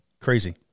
Crazy